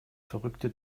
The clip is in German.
verrückte